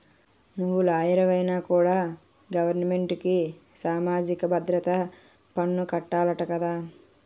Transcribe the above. నువ్వు లాయరువైనా కూడా గవరమెంటుకి సామాజిక భద్రత పన్ను కట్టాలట కదా